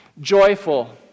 joyful